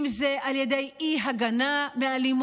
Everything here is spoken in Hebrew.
אם זה על ידי אי-הגנה מאלימות,